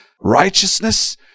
righteousness